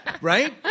Right